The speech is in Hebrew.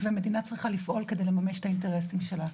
ומדינה צריכה לפעול כדי לממש את האינטרסים שלה.